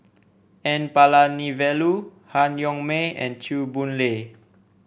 N Palanivelu Han Yong May and Chew Boon Lay